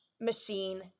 machine